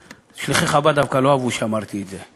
שליחי חב"ד דווקא לא אהבו שאמרתי את זה,